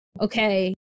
okay